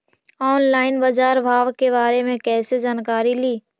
Online बाजार भाव के बारे मे कैसे जानकारी ली?